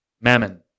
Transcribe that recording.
mammon